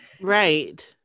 Right